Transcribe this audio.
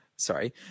Sorry